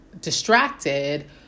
distracted